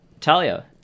Talia